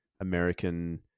American